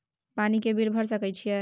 पानी के बिल भर सके छियै?